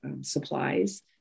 supplies